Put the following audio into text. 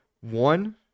One